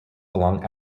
along